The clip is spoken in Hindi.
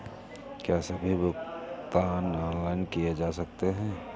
क्या सभी भुगतान ऑनलाइन किए जा सकते हैं?